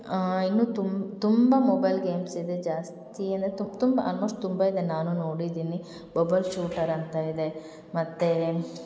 ಇನ್ನು ತುಂಬ ತುಂಬ ಮೊಬೈಲ್ ಗೇಮ್ಸ್ ಇದೆ ಜಾಸ್ತಿ ಅಂದರೆ ತುಂಬಾ ಆಲ್ಮೋಶ್ಟ್ ತುಂಬಾ ಇದೆ ನಾನು ನೋಡಿದ್ದೀನಿ ಬಬಲ್ ಶೂಟರ್ ಅಂತ ಇದೆ ಮತ್ತು